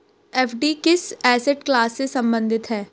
FD किस asset class से संबंधित है?